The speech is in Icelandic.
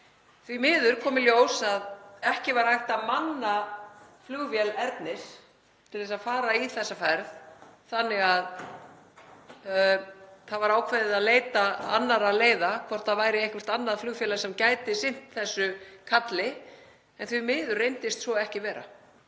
Því miður kom í ljós að ekki var hægt að manna flugvél Ernis til að fara í þessa ferð þannig að það var ákveðið að leita annarra leiða, hvort það væri eitthvert annað flugfélag sem gæti sinnt þessu kalli. En því miður reyndist svo ekki vera.